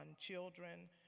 children